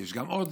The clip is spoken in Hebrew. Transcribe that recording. ויש עוד